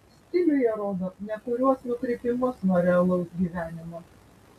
stiliuje rodo nekuriuos nukrypimus nuo realaus gyvenimo